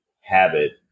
habit